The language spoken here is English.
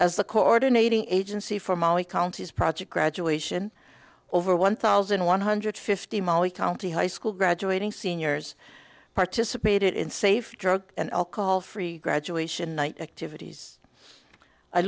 as the coordinator agency for molly county's project graduation over one thousand one hundred fifty molly county high school graduating seniors participated in safe drug and alcohol free graduation night activities i